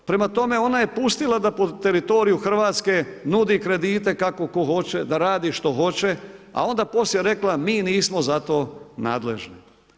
Prema tome, ona je pustila da po teritoriju Hrvatske nudi kredite kako ko hoće, da radi što hoće, a onda poslije rekla mi nismo za to nadležni.